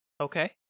Okay